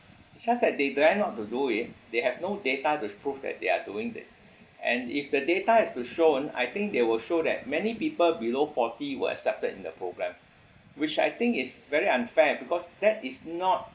just that they dare not to do it they have no data to prove that they are doing that and if the data is to shown I think they will show that many people below forty were accepted in the program which I think is very unfair because that is not